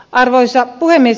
arvoisa puhemies